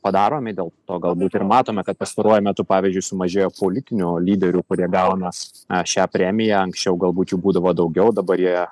padaromi dėl to galbūt ir matome kad pastaruoju metu pavyzdžiui sumažėjo politinių lyderių kurie gauna s na šią premiją anksčiau galbūt jų būdavo daugiau dabar jie